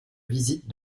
visite